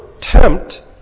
tempt